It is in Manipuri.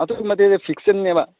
ꯑꯗꯨꯒꯨꯝꯕꯗꯤ ꯐꯤꯛꯁꯟꯅꯦꯕ